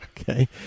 Okay